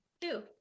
Two